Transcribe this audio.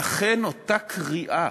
לכן אותה קריאה